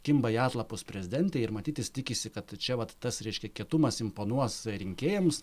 kimba į atlapus prezidentei ir matyt jis tikisi kad čia vat tas reiškia kietumas imponuos rinkėjams